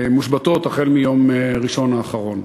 מושבתות החל מיום ראשון האחרון.